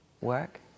work